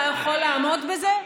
אתה יכול לעמוד בזה?